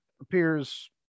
appears